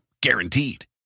Guaranteed